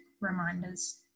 reminders